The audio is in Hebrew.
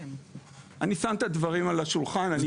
אני שם את הדברים על השולחן.